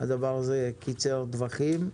הדבר הזה קיצר טווחים.